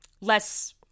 less